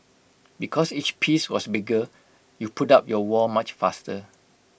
because each piece was bigger you put up your wall much faster